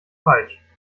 falsch